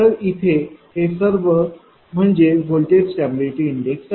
तर इथे हे सर्व म्हणजे व्होल्टेज स्टॅबिलिटी इंडेक्स आहे